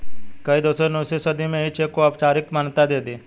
कई देशों ने उन्नीसवीं सदी में ही चेक को औपचारिक मान्यता दे दी